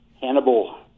hannibal